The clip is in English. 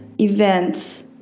events